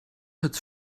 het